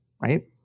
right